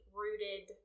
rooted